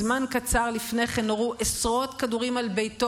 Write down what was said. זמן קצר לפני כן נורו עשרות כדורים על ביתו